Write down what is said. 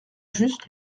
just